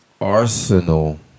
Arsenal